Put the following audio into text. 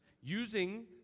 using